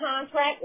contract